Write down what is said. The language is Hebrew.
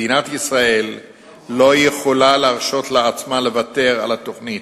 מדינת ישראל לא יכולה להרשות לעצמה לוותר על התוכנית.